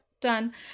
done